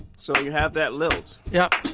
so you have that lilt. yeah.